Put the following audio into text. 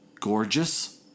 gorgeous